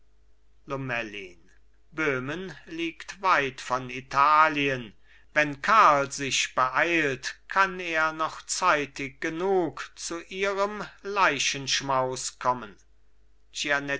lomellin böhmen liegt weit von italien wenn karl sich beeilt kann er noch zeitig genug zu ihrem leichenschmaus kommen